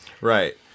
right